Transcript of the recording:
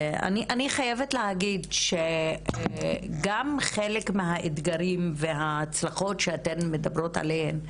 אני חייבת להגיד שגם חלק מהאתגרים והצרכים שאתן מדברות עליהם,